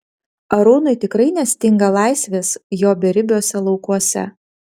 arūnui tikrai nestinga laisvės jo beribiuose laukuose